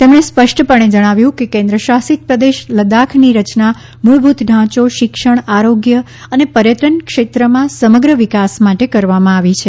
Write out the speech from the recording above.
તેમણે સ્પષ્ટપણે જણાવ્યું કે કેન્ર્ શાસિત પ્રદેશ લદ્દાખની રચના મૂળભૂત ઢાંચો શિક્ષણ આરોગ્ય અને પર્યટનક્ષેત્રમાં સમગ્ર વિકાસ માટે કરવામાં આવી છે